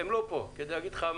הם לא פה כדי להגיד לך.